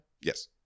Yes